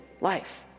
life